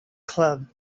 club